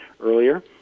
earlier